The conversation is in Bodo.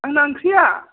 आंना ओंख्रिया